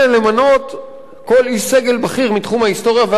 כל איש סגל בכיר מתחום ההיסטוריה והארכיאולוגיה,